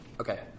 Okay